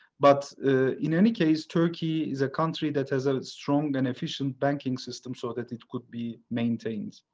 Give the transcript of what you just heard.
but in any case, turkey is a country that has a strong and efficient banking system so that it could be maintained.